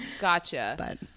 Gotcha